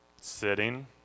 Sitting